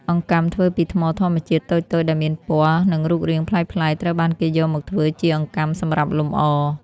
អង្កាំធ្វើពីថ្មធម្មជាតិ តូចៗដែលមានពណ៌ និងរូបរាងប្លែកៗ ត្រូវបានគេយកមកធ្វើជាអង្កាំសម្រាប់លម្អ។